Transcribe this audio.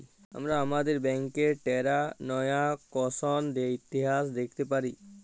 আমরা আমাদের ব্যাংকের টেরানযাকসন ইতিহাস দ্যাখতে পারি